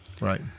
Right